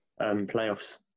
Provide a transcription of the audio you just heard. playoffs